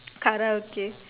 Karaoke